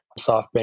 SoftBank